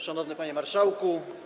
Szanowny Panie Marszałku!